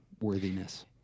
worthiness